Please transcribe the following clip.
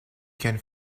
quien